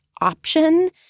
option